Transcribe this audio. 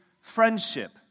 friendship